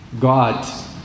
God